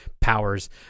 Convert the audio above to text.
powers